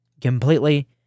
Completely